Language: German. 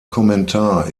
kommentar